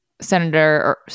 Senator